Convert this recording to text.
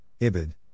Ibid